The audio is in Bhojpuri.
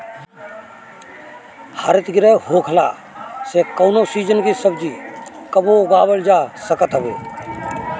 हरितगृह होखला से कवनो सीजन के सब्जी कबो उगावल जा सकत हवे